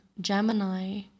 Gemini